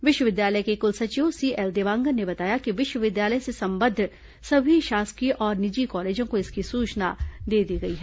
विश्वविद्यालय के कुल सचिव सीएल देवांगन ने बताया कि विश्वविद्यालय से संबद्ध सभी शासकीय और निजी कॉलेजों को इसकी सूचना दे दी गई है